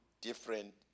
different